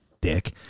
dick